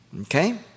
Okay